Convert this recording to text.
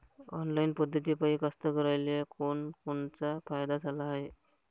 Online पद्धतीपायी कास्तकाराइले कोनकोनचा फायदा झाला हाये?